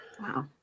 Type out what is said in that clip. wow